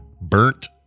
burnt